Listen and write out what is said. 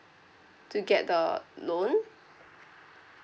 to get the loan